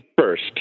first